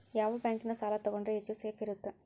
ಯಾವ ಬ್ಯಾಂಕಿನ ಸಾಲ ತಗೊಂಡ್ರೆ ಹೆಚ್ಚು ಸೇಫ್ ಇರುತ್ತಾ?